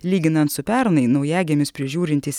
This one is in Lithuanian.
lyginant su pernai naujagimius prižiūrintys